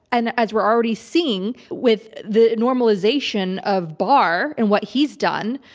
and, as we're already seeing with the normalization of barr and what he's done,